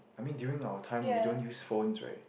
I mean during our time we don't use phones right